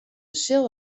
sille